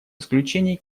исключений